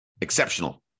exceptional